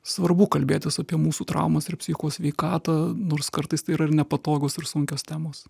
svarbu kalbėtis apie mūsų traumas ir psichikos sveikatą nors kartais tai yra ir nepatogios ir sunkios temos